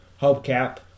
hubcap